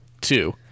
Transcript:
two